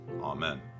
Amen